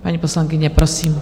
Paní poslankyně, prosím.